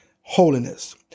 holiness